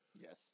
Yes